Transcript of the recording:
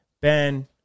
Ben